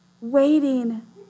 waiting